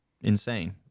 insane